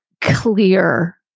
clear